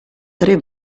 tre